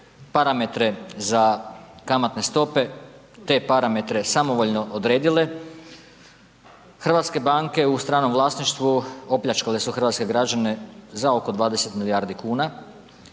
parametre za kamatne stope te parametre samovoljno odredile hrvatske banke u stranom vlasništvu opljačkale su hrvatske građane za oko 20 milijardi kuna.